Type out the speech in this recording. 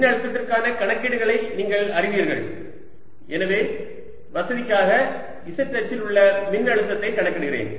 மின்னழுத்தத்திற்கான கணக்கீடுகளை நீங்கள் அறிவீர்கள் எனவே வசதிக்காக z அச்சில் உள்ள மின்னழுத்தத்தை கணக்கிடுகிறேன்